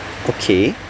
okay